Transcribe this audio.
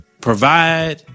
provide